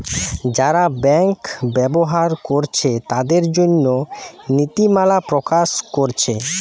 যারা ব্যাংক ব্যবহার কোরছে তাদের জন্যে নীতিমালা প্রকাশ কোরছে